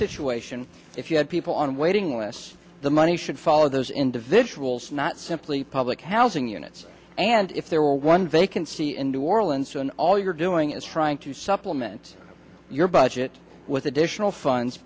situation if you had people on waiting lists the money should follow those individuals not simply public housing units and if there were one vacancy and new orleans and all you're doing is trying to supplement your budget with additional funds